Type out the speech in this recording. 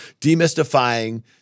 demystifying